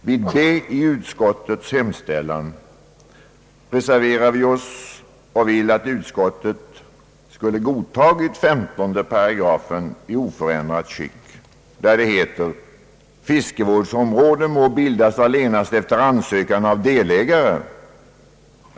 Vid B i utskottets hemställan reserverar vi oss och vill att utskottet skulle ha godtagit 15 § i oförändrat skick, där det heter: »Fiskevårdsområde må bildas allenast efter ansökan av delägare.